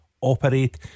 Operate